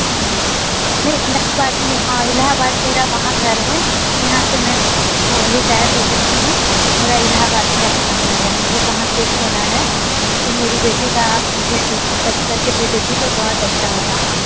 नहीं इलाहबाद में हाँ इलाहाबाद वहाँ मेरा घर है यहाँ से मैं वो रिटायर हो चुकी हूँ मेरा इलाहाबाद में अपना घर है मुझे वहाँ शिफ़्ट होना है तो मेरी बेटी का आप मुझे टी सी कट करके दे देतीं तो बहुत अच्छा होता